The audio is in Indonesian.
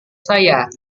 saya